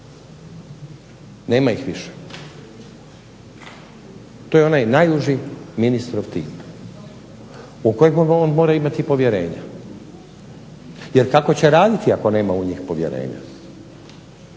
nema ih više. To je onaj najuži ministrov tim u kojeg on mora imati povjerenja, jer kako će raditi ako nema u njih povjerenja,